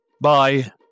Bye